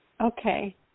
Okay